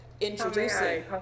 Introducing